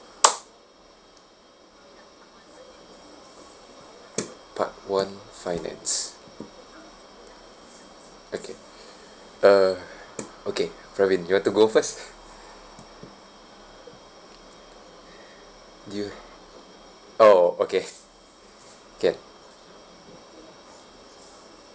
part one finance okay uh okay ferwin you want to go first oh okay kay